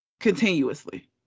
Continuously